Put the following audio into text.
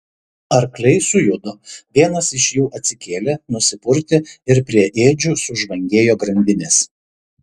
arkliai sujudo vienas iš jų atsikėlė nusipurtė ir prie ėdžių sužvangėjo grandinės